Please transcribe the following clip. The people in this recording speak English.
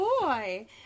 boy